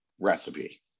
recipe